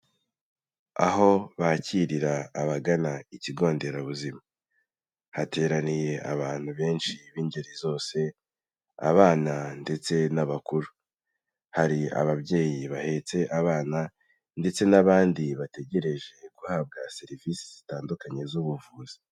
Aho bakirira abagana ikigo nderabuzima. Hateraniye abantu benshi b'ingeri zose, abana ndetse n'abakuru. Hari ababyeyi bahetse abana ndetse n'abandi bategereje guhabwa serivisi zitandukanye z'ubuvuzi.